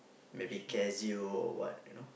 maybe Casio or what you know